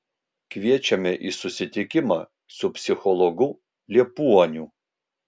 kviečiame į susitikimą su psichologu liepuoniu